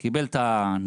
הוא קיבל את המסמך,